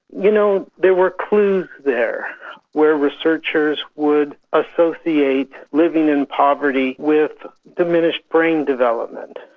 you know, there were clues there where researchers would associate living in poverty with diminished brain development,